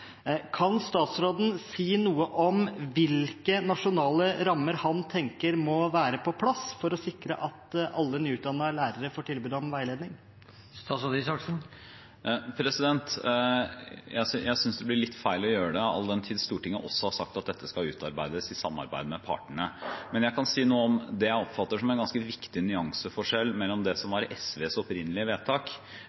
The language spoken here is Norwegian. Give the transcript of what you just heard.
Kan statsråden si noe om hvilke nasjonale rammer han tenker må være på plass for å sikre at alle nyutdannede lærere får tilbud om veiledning? Jeg synes det blir litt feil å gjøre det, all den tid Stortinget også har sagt at dette skal utarbeides i samarbeid med partene. Men jeg kan si noe om det jeg oppfatter som en ganske viktig nyanseforskjell mellom det som